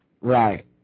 Right